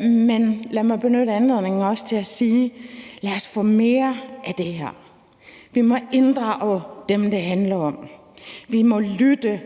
Men lad mig benytte anledningen til også at sige: Lad os få mere af det her. Vi må inddrage dem, det handler om. Vi må lytte